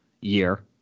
year